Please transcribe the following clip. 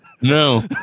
no